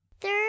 third